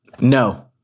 No